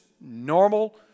normal